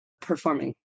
Performing